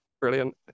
Brilliant